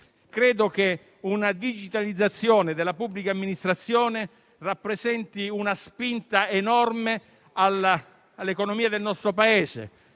mancare. Una digitalizzazione della pubblica amministrazione rappresenta una spinta enorme all'economia del nostro Paese,